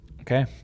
Okay